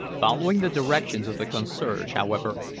following the directions of the concierge, however,